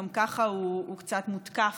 גם ככה הוא קצת מותקף